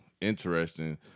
interesting